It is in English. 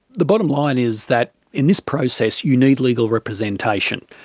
the bottom line is that in this process you need legal representation.